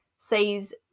says